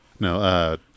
No